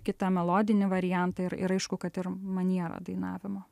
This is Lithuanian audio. kitą melodinį variantą ir ir aišku kad ir manierą dainavimo